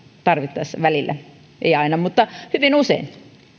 tarvittaessa välillä ei aina mutta hyvin usein